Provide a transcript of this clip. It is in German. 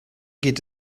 geht